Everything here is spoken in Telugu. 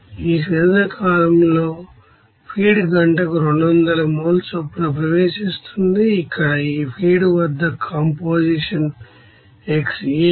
ఈ డిస్టిల్లషన్ కాలమ్ లో ఫీడ్ గంటకు 200 మోల్ చొప్పున ప్రవేశిస్తుంది ఇక్కడ ఈ ఫీడ్ వద్ద కంపోజిషన్ xAF 0